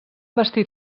vestit